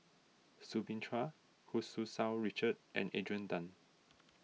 Soo Bin Chua Hu Tsu Tau Richard and Adrian Tan